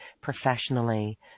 professionally